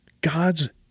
God's